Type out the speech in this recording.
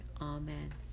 Amen